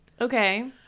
Okay